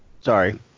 sorry